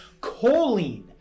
choline